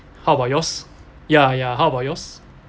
how about yours ya ya how about yours